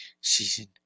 season